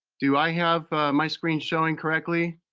do i have my screen showing correctly?